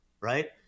right